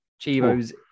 Chivo's